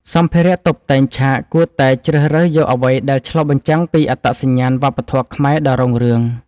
សម្ភារៈតុបតែងឆាកគួរតែជ្រើសរើសយកអ្វីដែលឆ្លុះបញ្ចាំងពីអត្តសញ្ញាណវប្បធម៌ខ្មែរដ៏រុងរឿង។